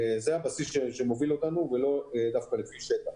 זה הבסיס שמוביל אותנו ולא מדידת שטח.